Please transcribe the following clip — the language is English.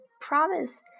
promise